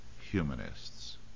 humanists